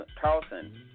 Carlson